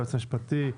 היועץ המשפטי,